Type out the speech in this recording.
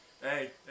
Hey